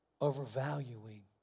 Overvaluing